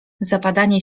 zapadanie